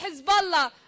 Hezbollah